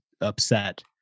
upset